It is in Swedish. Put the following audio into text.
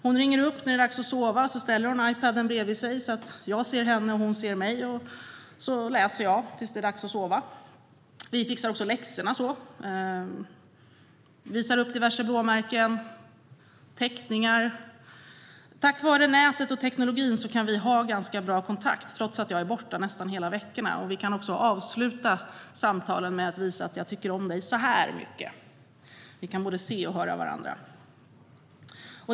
Hon ringer upp när det är dags att sova, ställer Ipaden bredvid sig så att jag ser henne och hon ser mig, och så läser jag tills det är dags att sova. Vi fixar också läxorna så, visar upp diverse blåmärken och teckningar. Tack vare nätet och teknologin kan vi ha ganska bra kontakt, trots att jag är borta nästan hela veckorna. Vi kan också avsluta samtalen genom att sträcka ut armarna och visa hur mycket vi tycker om varandra - vi kan både se och höra varandra.